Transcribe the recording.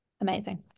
Amazing